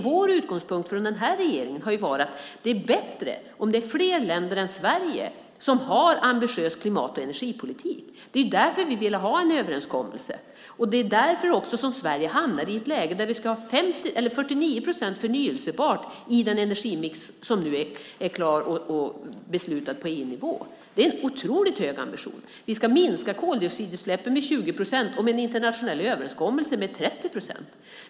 Vår utgångspunkt från den här regeringen har varit att det är bättre om fler länder än Sverige har en ambitiös klimat och energipolitik. Det är därför vi ville ha en överenskommelse, och det är också därför Sverige har hamnat i ett läge där vi ska ha 49 procent förnybart i den energimix som nu är klar och beslutad på EU-nivå. Det är en otroligt hög ambition. Vi ska minska koldioxidutsläppen med 20 procent och vid en internationell överenskommelse med 30 procent.